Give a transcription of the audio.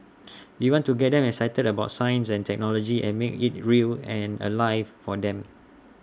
we want to get them excited about science and technology and make IT real and alive for them